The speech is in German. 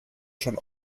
schon